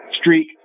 streak